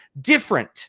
different